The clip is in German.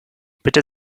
bitte